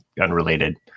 unrelated